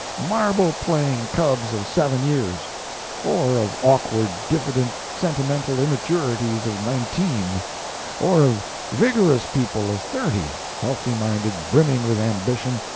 marble-playing cubs of seven years or of awkward, diffident, sentimental immaturities of nineteen or of vigorous people of thirty, healthy-minded, brimming with ambition,